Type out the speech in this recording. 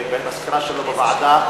בסקירה שלו בוועדה,